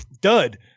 dud